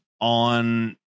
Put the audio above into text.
on